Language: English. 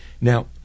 Now